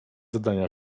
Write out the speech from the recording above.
zadania